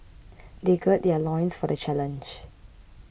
they gird their loins for the challenge